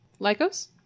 Lycos